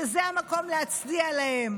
שזה המקום להצדיע להם,